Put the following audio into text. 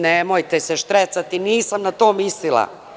Nemojte se štrecati, nisam na to mislila.